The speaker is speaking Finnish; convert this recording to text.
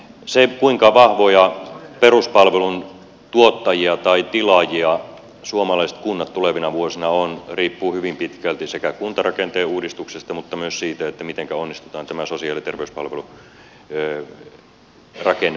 se kuinka vahvoja peruspalvelun tuottajia tai tilaajia suomalaiset kunnat tulevina vuosina ovat riippuu hyvin pitkälti sekä kuntarakenteen uudistuksesta että myös siitä miten onnistutaan tämä sosiaali ja terveyspalvelurakennemuutos tekemään